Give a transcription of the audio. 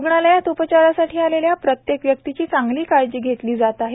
रुग्णालयात उपचारासाठी आलेल्या प्रत्येक व्यक्तींची चांगली काळजी घेतली जाते